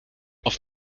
auf